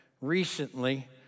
recently